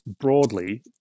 broadly